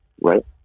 right